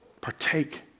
Partake